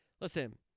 Listen